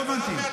לא הבנתי,